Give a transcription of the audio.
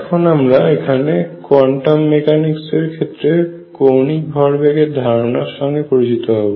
এখন আমরা এখানে কোয়ান্টাম মেকানিক্সের ক্ষেত্রে কৌণিক ভরবেগ এর ধারণার সঙ্গে পরিচিত হব